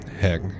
heck